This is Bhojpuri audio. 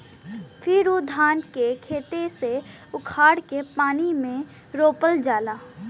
फिर उ धान के खेते से उखाड़ के पानी में रोपल जाला